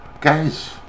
Guys